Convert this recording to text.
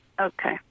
Okay